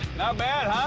not bad,